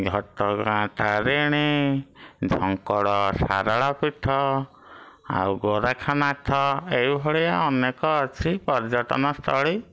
ଘଟଗାଁ ତାରିଣୀ ଝଙ୍କଡ଼ ଶାରଳା ପୀଠ ଆଉ ଗୋରଖନାଥ ଏଇଭଳିଆ ଅନେକ ଅଛି ପର୍ଯ୍ୟଟନସ୍ଥଳୀ